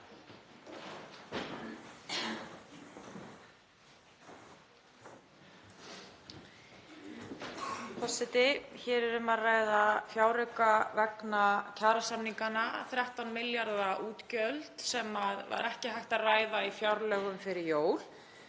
Hér er um að ræða fjárauka vegna kjarasamninganna; 13 milljarða útgjöld sem var ekki hægt að ræða í fjárlögum fyrir jól,